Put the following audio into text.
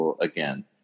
Again